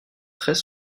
très